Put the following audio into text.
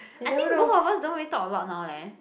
I think both of us don't really talk a lot now leh